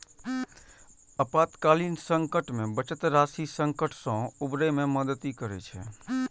आपातकालीन संकट मे बचत राशि संकट सं उबरै मे मदति करै छै